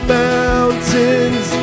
mountains